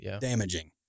damaging